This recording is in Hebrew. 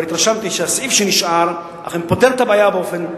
אבל התרשמתי שהסעיף שנשאר אכן פותר את הבעיה באופן טוטלי.